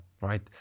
Right